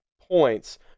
points